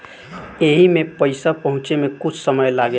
एईमे पईसा पहुचे मे कुछ समय लागेला